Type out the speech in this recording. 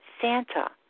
Santa